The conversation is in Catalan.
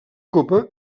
copa